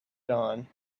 dawn